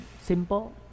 simple